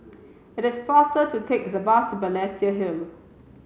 it is faster to take the bus to Balestier Hill